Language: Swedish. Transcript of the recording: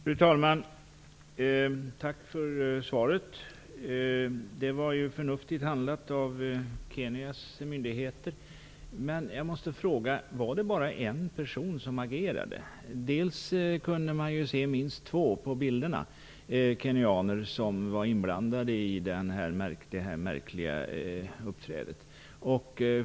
Fru talman! Tack för svaret. Det var förnuftigt handlat av Kenyas myndigheter, men jag måste fråga: Var det bara en person som agerade? För det första kunde man på bilderna se minst två kenyaner som var inblandade i det här märkliga uppträdet.